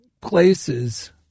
places